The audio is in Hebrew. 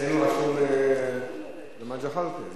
אצלנו רשום: ג'מאל זחאלקה.